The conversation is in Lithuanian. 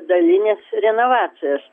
dalinės renovacijos